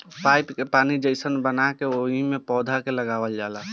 pipe के नाली जइसन बना के ओइमे पौधा के लगावल जाला